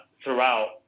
throughout